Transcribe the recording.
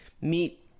meet